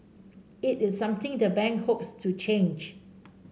it is something the bank hopes to change